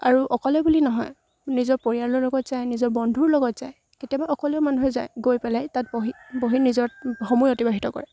আৰু অকলে বুলি নহয় নিজৰ পৰিয়ালৰ লগত যায় নিজৰ বন্ধুৰ লগত যায় কেতিয়াবা অকলেও মানুহে যায় গৈ পেলাই তাত বহে বহি নিজৰ সময় অতিবাহিত কৰে